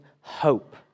hope